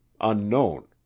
unknown